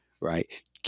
right